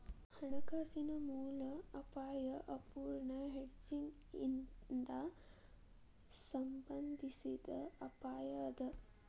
ಹಣಕಾಸಿನ ಮೂಲ ಅಪಾಯಾ ಅಪೂರ್ಣ ಹೆಡ್ಜಿಂಗ್ ಇಂದಾ ಸಂಬಂಧಿಸಿದ್ ಅಪಾಯ ಅದ